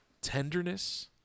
tenderness